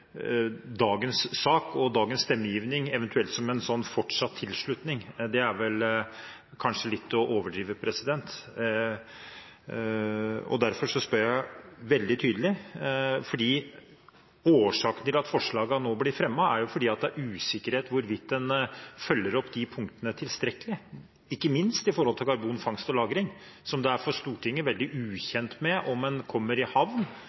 dagens sak og dagens stemmegivning eventuelt som en fortsatt tilslutning, er vel kanskje litt å overdrive. Derfor spør jeg veldig tydelig, fordi årsaken til at forslagene nå blir fremmet, er at det er usikkerhet om hvorvidt en følger opp de punktene tilstrekkelig, ikke minst når det gjelder karbonfangst og -lagring. Stortinget er veldig ukjent med om en kommer i havn